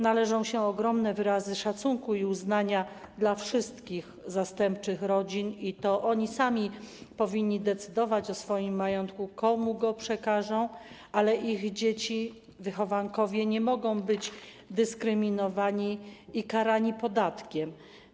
Należą się ogromne wyrazy szacunku i uznania dla wszystkich zastępczych rodzin i to one same powinny decydować o swoim majątku, o tym, komu go przekażą, ale ich dzieci, wychowankowie nie mogą być dyskryminowani i karani podatkiem.